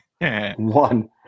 one